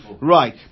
right